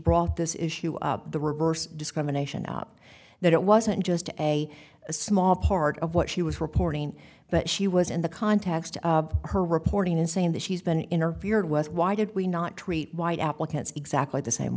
brought this issue up the reverse discrimination up that it wasn't just a small part of what she was reporting but she was in the context of her reporting and saying that she's been interfered with why did we not treat white applicants exactly the same